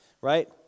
Right